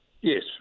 yes